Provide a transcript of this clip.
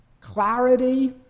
clarity